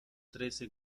trece